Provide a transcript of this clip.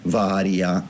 varia